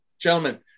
gentlemen